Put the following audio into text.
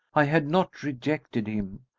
i had not rejected him,